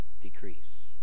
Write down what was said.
decrease